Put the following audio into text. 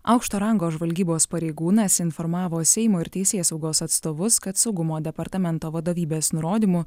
aukšto rango žvalgybos pareigūnas informavo seimo ir teisėsaugos atstovus kad saugumo departamento vadovybės nurodymu